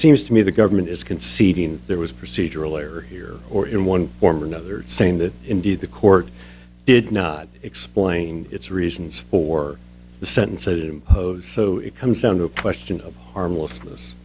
seems to me the government is conceding that there was procedural error here or in one form or another same that indeed the court did not explain its reasons for the sentence that imposed so it comes down to a question of harmless